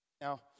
Now